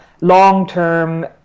long-term